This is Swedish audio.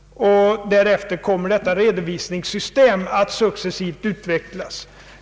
Därefter kommer detta redovisningssystem att utvecklas successivt.